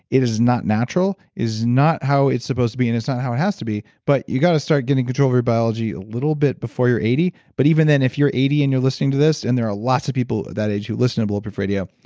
it is not natural. it is not how it's supposed to be, and it's not how it has to be but you gotta start getting control over your biology a little bit before you're eighty, but even then, if you're eighty and you're listening to this, and there are lots of people that age who listen to bulletproof radio.